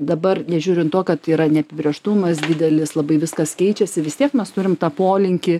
dabar nežiūrint to kad yra neapibrėžtumas didelis labai viskas keičiasi vis tiek mes turim tą polinkį